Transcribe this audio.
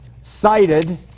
cited